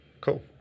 Cool